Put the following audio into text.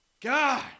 god